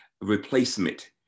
replacement